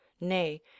nay